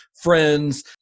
friends